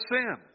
sin